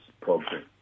program